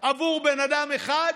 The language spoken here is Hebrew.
עבור בין אדם אחד,